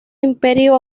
imperio